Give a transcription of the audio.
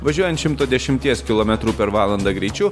važiuojant šimto dešimties kilometrų per valandą greičiu